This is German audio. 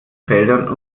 feldern